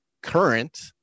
current